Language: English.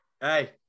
Hey